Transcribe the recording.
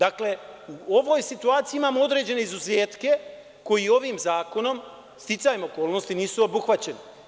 Dakle, u ovoj situaciji imamo određene izuzetke koji ovim zakonom, sticajem okolnosti, nisu obuhvaćeni.